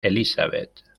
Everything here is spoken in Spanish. elizabeth